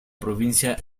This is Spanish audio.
provincia